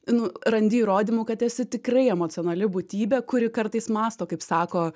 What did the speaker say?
nu randi įrodymų kad esi tikrai emocionali būtybė kuri kartais mąsto kaip sako